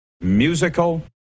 musical